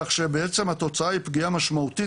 כך שבעצם התוצאה היא פגיעה משמעותית